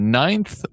ninth